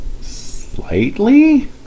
Slightly